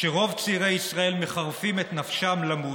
כשרוב צעירי ישראל מחרפים את נפשם למות,